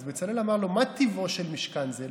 אז בצלאל אמר לו: מה טיבו של משכן זה?